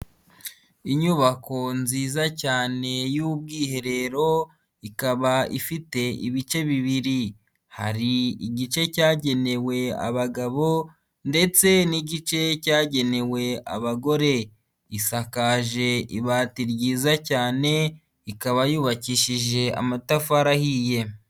Inyubako nziza cyane y'ubwiherero ikaba ifite ibice bibiri. Hari igice cyagenewe abagabo ndetse n'igice cyagenewe abagore. Isakaje ibati ryiza cyane ikaba yubakishije amatafari ahiye.